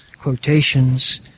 quotations